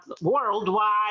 worldwide